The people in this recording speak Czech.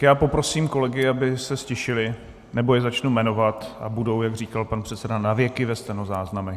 Tak já poprosím kolegy, aby se ztišili, nebo je začnu jmenovat a budou, jak říkal pan předseda, navěky ve stenozáznamech.